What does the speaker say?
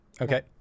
Okay